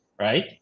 right